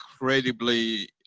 incredibly